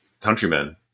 countrymen